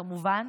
כמובן,